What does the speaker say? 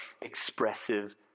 expressive